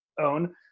own